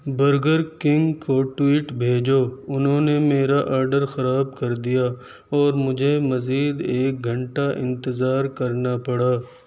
burger King کو tweet بھیجو انہوں نے میرا آڈر خراب کر دیا اور مجھے مزید ایک گھنٹہ انتظار کرنا پڑا